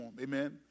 Amen